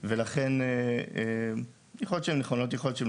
ולכן יכול להיות שהן נכונות ויכול להיות שהן